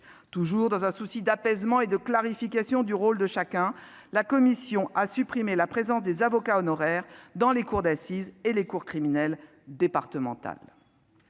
Toujours dans un souci d'apaisement et de clarification du rôle de chacun, la commission a supprimé la présence des avocats honoraires dans les cours d'assises et les cours criminelles départementales.